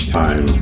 time